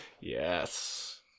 Yes